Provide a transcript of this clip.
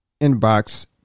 inbox